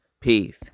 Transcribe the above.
peace